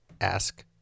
Ask